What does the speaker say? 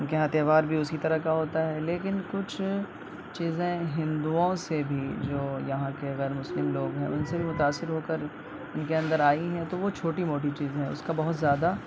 ان کے یہاں تہوار بھی اسی طرح کا ہوتا ہے لیکن کچھ چیزیں ہندوؤں سے بھی جو یہاں کے غیر مسلم لوگ ہیں ان سے متاثر ہوکر ان کے اندر آئی ہیں تو وہ چھوٹی موٹی چیزیں ہیں اس کا بہت زیادہ